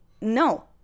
no